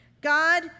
God